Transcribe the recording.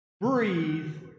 breathe